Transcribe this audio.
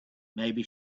maybe